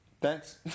Thanks